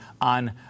on